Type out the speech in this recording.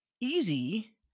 easy